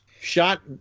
Shot